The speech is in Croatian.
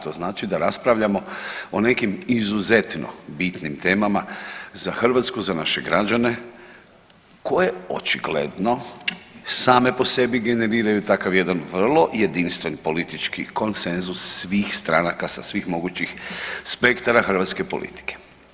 To znači da raspravljamo o nekim izuzetno bitnim temama za Hrvatsku i za naše građane koje očigledno same po sebi generiraju takav jedan vrlo jedinstven politički konsenzus svih stranaka sa svih mogućih spektara hrvatske politike.